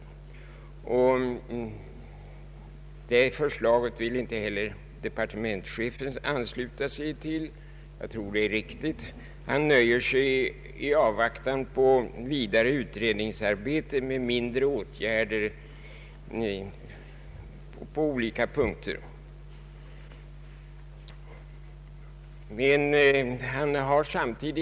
Det förslaget vill inte heller departementschefen ansluta sig till. Han nöjer sig i avvaktan på vidare utredningsarbete med mindre åtgärder på olika punkter, och det tror jag är riktigt.